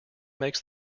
makes